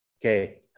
Okay